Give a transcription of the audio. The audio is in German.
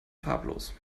farblos